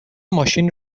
ماشین